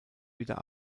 wieder